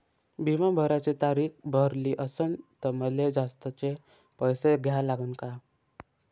बिमा भराची तारीख भरली असनं त मले जास्तचे पैसे द्या लागन का?